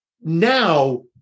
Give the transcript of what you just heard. now